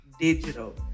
Digital